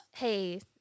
hey